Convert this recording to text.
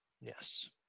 Yes